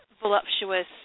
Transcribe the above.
voluptuous